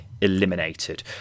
eliminated